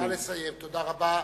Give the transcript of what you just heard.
תודה רבה.